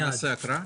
לא תהיה הקראה?